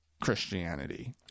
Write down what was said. Christianity